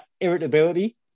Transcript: irritability